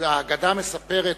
האגדה מספרת,